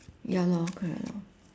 ya lor correct lor